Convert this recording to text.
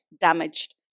damaged